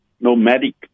nomadic